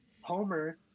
Homer